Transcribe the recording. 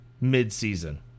mid-season